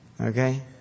okay